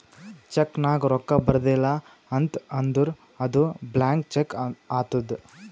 check ನಾಗ್ ರೊಕ್ಕಾ ಬರ್ದಿಲ ಅಂತ್ ಅಂದುರ್ ಅದು ಬ್ಲ್ಯಾಂಕ್ ಚೆಕ್ ಆತ್ತುದ್